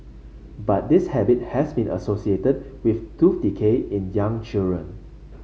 but this habit has been associated with tooth decay in young children